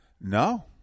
No